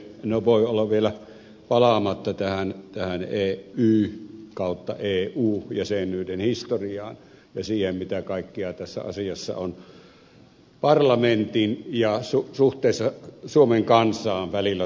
en voi olla palaamatta vielä tähän ey ja eu jäsenyyden historiaan ja siihen mitä kaikkea tässä asiassa on tapahtunut parlamentin suhteessa suomen kansaan